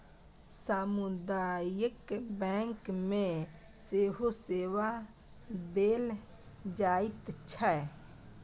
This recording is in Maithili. सामुदायिक बैंक मे सेहो सेवा देल जाइत छै